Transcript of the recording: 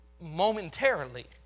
momentarily